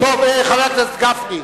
חבר הכנסת גפני,